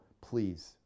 Please